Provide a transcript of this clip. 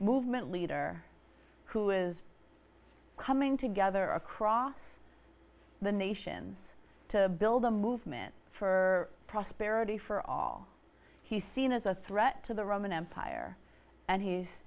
movement leader who is coming together across the nations to build a movement for prosperity for all he's seen as a threat to the roman empire and he's